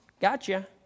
gotcha